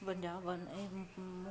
Punjab